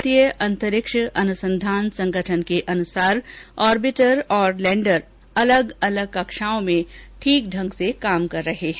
भारतीय अंतरिक्ष अनुसंधान संगठन के अनुसार ऑर्बिटर और लैंडर अलग अलग कक्षाओं में ठीक ढंग से काम कर रहे हैं